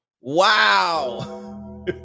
Wow